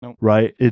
right